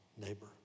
neighbor